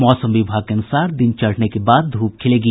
मौसम विभाग के अनुसार दिन चढ़ने के बाद धूप खिलेगी